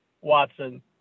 Watson